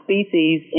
species